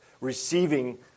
receiving